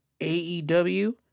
AEW